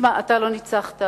שמע, אתה לא ניצחת,